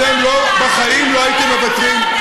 אתם בחיים לא הייתם מוותרים,